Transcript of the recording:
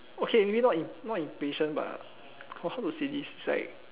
okay maybe not in not impatient but also how to say this it's like